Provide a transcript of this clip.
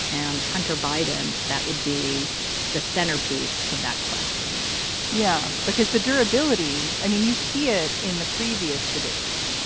and hunter biden that would be the centerpiece of that question yeah because the durability. i mean you see it in the previous debates.